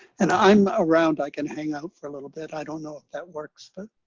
and i'm around. i can hang out for a little bit. i don't know if that works. but